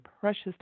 precious